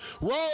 Roll